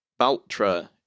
Baltra